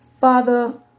Father